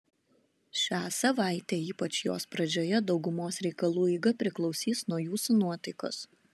šią savaitę ypač jos pradžioje daugumos reikalų eiga priklausys nuo jūsų nuotaikos